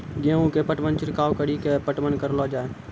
गेहूँ के पटवन छिड़काव कड़ी के पटवन करलो जाय?